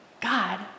God